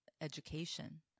education